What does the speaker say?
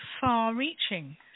far-reaching